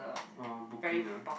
oh booking ah